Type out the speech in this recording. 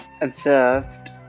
observed